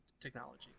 technology